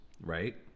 right